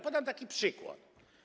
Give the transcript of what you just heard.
Podam taki przykład.